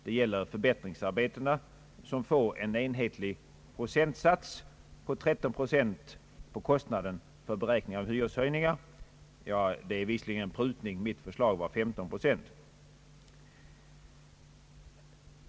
Det gäller här förbättringsarbetena, för vilka genomförs en enhetlig procentsats av 13 på kostnaden för beräkning av hyreshöjningar. Det har här skett en prutning, då mitt förslag innebar 15 procent.